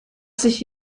sich